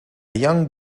young